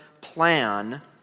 plan